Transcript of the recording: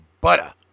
butter